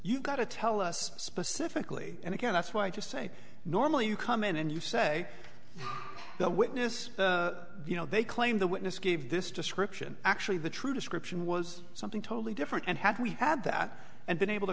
you've got to tell us specifically and again that's why i just say normally you come in and you say the witness you know they claim the witness gave this description actually the true description was something totally different and had we had that and been able to